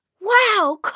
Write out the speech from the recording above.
Wow